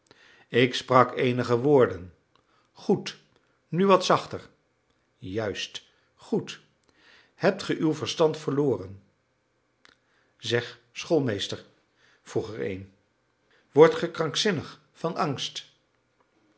ik sprak eenige woorden goed nu wat zachter juist goed hebt ge uw verstand verloren zeg schoolmeester vroeg er een wordt ge krankzinnig van angst